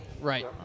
Right